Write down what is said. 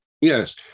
Yes